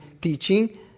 teaching